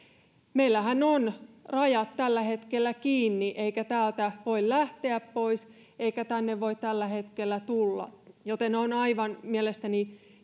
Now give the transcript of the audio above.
meillähän on rajat tällä hetkellä kiinni täältä ei voi lähteä pois eikä tänne voi tällä hetkellä tulla joten on mielestäni